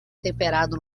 temperado